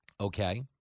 okay